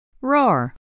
Roar